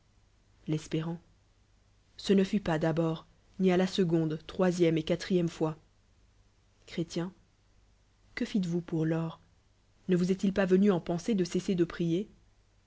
l'l'spéu ce ne fut pas d'abord ni à la seconde troisième et quatrièdlc fois chré que fi es vous pour lors ne vous est-il pas venu en pensée de cesser de prier